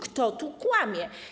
Kto tu kłamie?